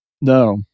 No